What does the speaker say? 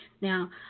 Now